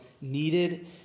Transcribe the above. needed